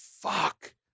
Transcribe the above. fuck